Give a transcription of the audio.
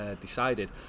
decided